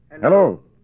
Hello